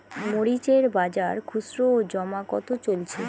মরিচ এর বাজার খুচরো ও জমা কত চলছে?